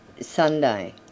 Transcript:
Sunday